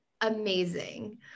amazing